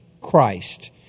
Christ